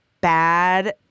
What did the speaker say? bad